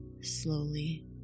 slowly